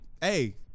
hey